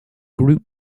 group